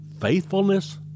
faithfulness